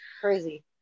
Crazy